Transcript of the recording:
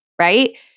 right